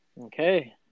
Okay